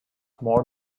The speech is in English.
more